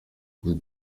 vous